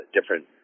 different